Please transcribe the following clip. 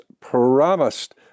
promised